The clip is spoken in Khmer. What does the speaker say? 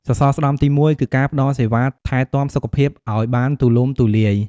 សសរស្តម្ភទី១គឺការផ្តល់សេវាថែទាំសុខភាពឱ្យបានទូលំទូលាយ។